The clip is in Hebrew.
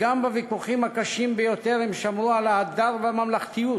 שגם בוויכוחים הקשים ביותר הם שמרו על ההדר ועל הממלכתיות,